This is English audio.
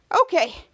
okay